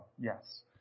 Yes